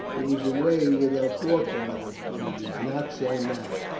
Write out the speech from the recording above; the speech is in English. it was the way with our forefathers, but it is not so now,